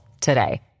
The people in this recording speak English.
today